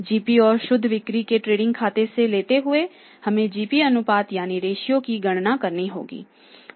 GP और शुद्ध बिक्री को ट्रेडिंग खाते से लेते हुए हमें जीपी अनुपात यानी रेशियो की गणना करनी होगी